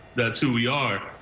that's who we are.